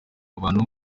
abantu